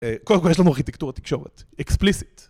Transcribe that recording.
קודם כל יש לנו ארכיטקטורות תקשורת. Explicit.